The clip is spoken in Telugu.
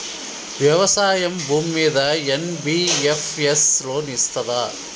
వ్యవసాయం భూమ్మీద ఎన్.బి.ఎఫ్.ఎస్ లోన్ ఇస్తదా?